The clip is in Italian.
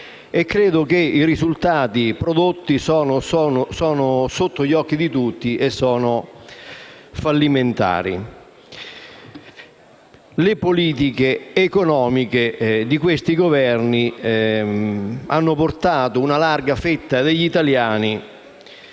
credo che i risultati prodotti siano sotto gli occhi di tutti e siano fallimentari. Le politiche economiche di questi Governi hanno portato una larga fetta degli italiani